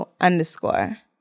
underscore